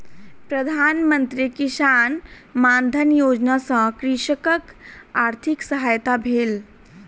प्रधान मंत्री किसान मानधन योजना सॅ कृषकक आर्थिक सहायता भेल